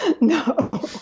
No